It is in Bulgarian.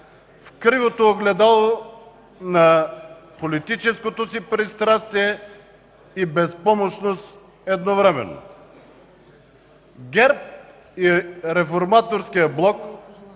в кривото огледало на политическото си пристрастие и безпомощност едновременно. ГЕРБ и Реформаторският блок